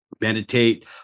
meditate